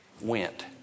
went